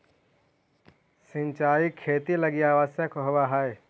सिंचाई खेती लगी आवश्यक होवऽ हइ